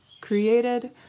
created